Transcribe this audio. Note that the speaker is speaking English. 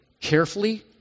carefully